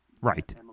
Right